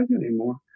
anymore